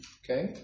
okay